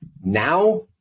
Now